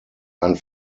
ein